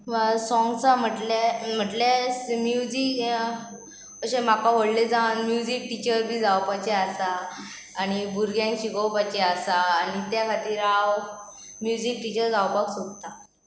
सोंग्सां म्हटल्या म्हटले म्युजीक अशें म्हाका व्हडले जावन म्युजीक टिचर बी जावपाचें आसा आनी भुरग्यांक शिकोवपाचें आसा आनी त्या खातीर हांव म्युजीक टिचर जावपाक सोदतां